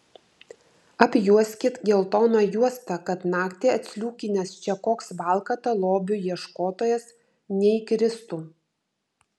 apjuoskit geltona juosta kad naktį atsliūkinęs čia koks valkata lobių ieškotojas neįkristų